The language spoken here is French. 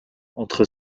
entre